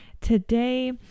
Today